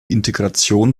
integration